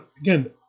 again